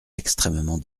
extrêmement